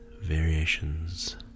Variations